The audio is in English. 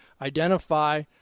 identify